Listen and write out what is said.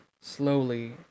Slowly